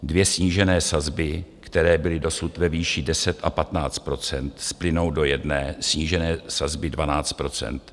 Dvě snížené sazby, které byly dosud ve výši 10 a 15 %, splynou do jedné snížené sazby 12 %.